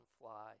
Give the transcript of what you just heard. fly